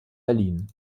berlin